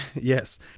Yes